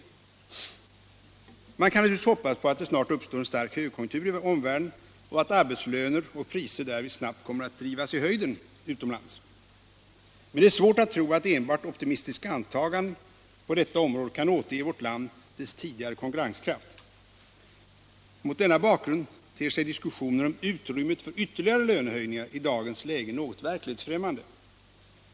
Allmänpolitisk debatt Allmänpolitisk debatt Man kan naturligtvis hoppas på att det snart uppstår en stark högkonjunktur i omvärlden och att arbetslöner och priser därvid snabbt kommer att drivas i höjden utomlands. Men det är svårt att tro att enbart optimistiska antaganden på detta område kan återge vårt land dess tidigare konkurrenskraft. Mot denna bakgrund ter sig diskussioner om utrymmet för ytterligare lönehöjningar i dagens läge något verklighetsfrämmande.